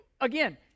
Again